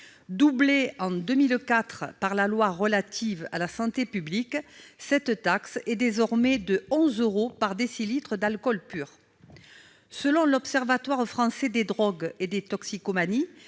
deux, en 2004, par la loi relative à la santé publique, cette taxe est désormais de 11 euros par décilitre d'alcool pur. Selon l'Observatoire français des drogues et des toxicomanies,